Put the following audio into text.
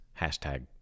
hashtag